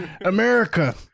America